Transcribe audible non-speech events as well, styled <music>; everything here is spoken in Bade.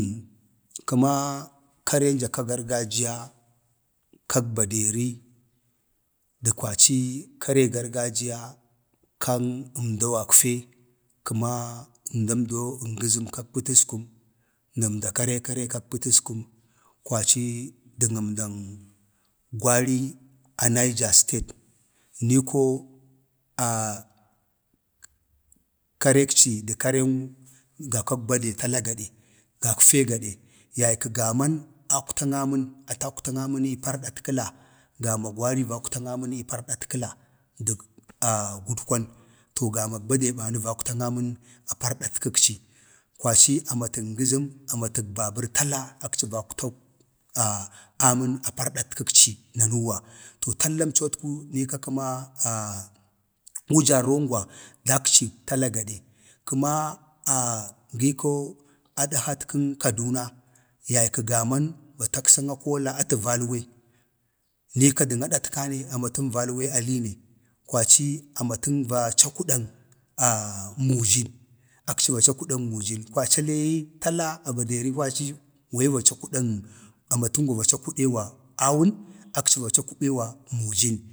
﻿kəma karənja kak baderi, karenja kag gargajiya kag baderi, dək kwaci karek gargajiya kan əmdau gagfe kəma əmdamdo nzəzəm kak pataskum, dən əmda kare kare kak pataskum, kwacii dən əmdan gwari a niaja state. nii koo <hesitation> karekci dək karenga kag bade tala gade, gakfe gade, yaykəg gaman akwtan amən atə akwtən amən ii pardatkəla, gamag gwari vakwtan amən ii pardatkəla gamag gwari vakwtan amən ii pardat kəla dək <hesitation> gudkwan, to gamak bade bani vakwtan amən pardatkəkci, kwaci amatən ngəzəm, amatən babər taka akci vakwtg amən <hesitation> apardatkəkci nanuuwa, to tala niika kəma <hesitation> wujarrongwa dakci tala gade, kəma <hesitation> gii ko adhat kən kaduna, yaykə gaman ataksag akoola atə valwe, niika dən adatkane amatən valwe aleene. kwaci amatən. vaa cakudan <hesitation> mujin, akci va cakudan mujin, alee yi kwaci a baderi tala wa yi wa cakudən amatəngwa va cakudewa awun, akci va cakude wa mujin,